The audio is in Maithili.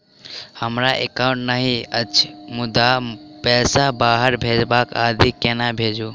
हमरा एकाउन्ट नहि अछि मुदा पैसा बाहर भेजबाक आदि केना भेजू?